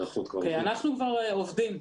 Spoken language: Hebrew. אנחנו כבר עובדים.